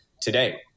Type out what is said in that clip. today